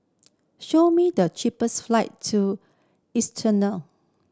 show me the cheapest flight to